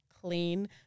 clean